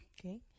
Okay